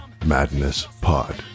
MadnessPod